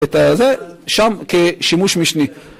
את זה שם כשימוש משני.